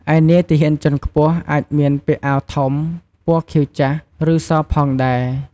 ឯនាយទាហានជាន់ខ្ពស់ អាចមានពាក់អាវធំពណ៌ខៀវចាស់ ឬសផងដែរ។